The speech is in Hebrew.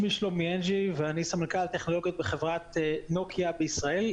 אני סמנכ"ל טכנולוגיות בחברת נוקיה בישראל.